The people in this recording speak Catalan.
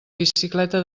bicicleta